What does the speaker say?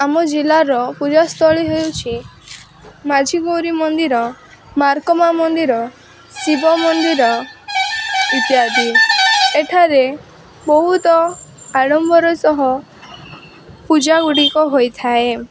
ଆମ ଜିଲ୍ଲାର ପୂଜାସ୍ଥଳୀ ହେଉଛି ମାଝିଗୌରୀ ମନ୍ଦିର ମାର୍କମା ମନ୍ଦିର ଶିବ ମନ୍ଦିର ଇତ୍ୟାଦି ଏଠାରେ ବହୁତ ଆଡ଼ମ୍ବର ସହ ପୂଜା ଗୁଡ଼ିକ ହୋଇଥାଏ